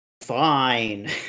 fine